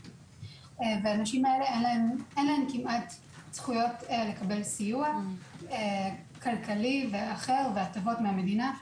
ולנשים הללו אין כמעט זכויות לקבל סיוע כלכלי ואחר והטבות מן המדינה.